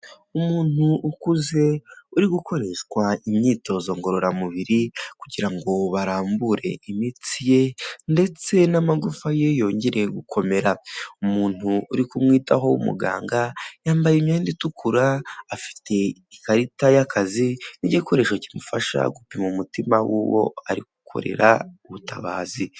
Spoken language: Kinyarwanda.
Umuntu ukuze uri gukoreshwa imyitozo ngororamubiri kugira ngo barambure imitsi ye ndetse n'amagufa ye yongereye gukomera; umuntu uri kumwitaho w'umuganga yambaye imyenda itukura, afite ikarita y'akazi n'igikoresho kimufasha gupima umutima w'uwo arikorera ubutabazi.